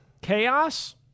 Chaos